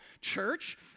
Church